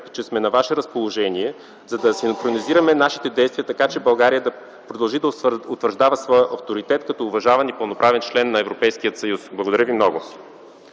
че сме на ваше разположение, за да синхронизираме нашите действия така, че България да продължи да утвърждава своя авторитет като уважаван и пълноправен член на Европейския съюз. Благодаря ви много.